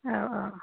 औ औ